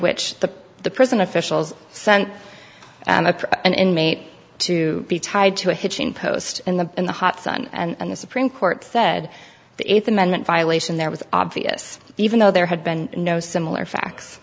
which the the prison officials send an inmate to be tied to a hitching post in the in the hot sun and the supreme court said the eighth amendment violation there was obvious even though there had been no similar facts